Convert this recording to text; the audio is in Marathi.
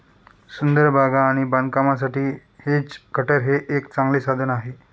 सुंदर बागा आणि बागकामासाठी हेज कटर हे एक चांगले साधन आहे